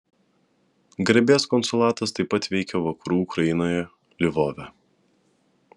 garbės konsulatas taip pat veikia vakarų ukrainoje lvove